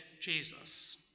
Jesus